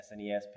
SNES